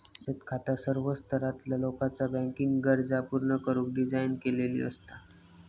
बचत खाता सर्व स्तरातला लोकाचा बँकिंग गरजा पूर्ण करुक डिझाइन केलेली असता